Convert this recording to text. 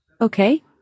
Okay